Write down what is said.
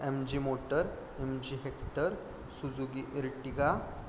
MG motor MG hector Suzuki Ertiga